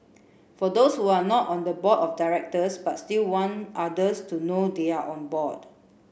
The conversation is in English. for those who are not on the board of directors but still want others to know they are on board